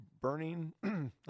burning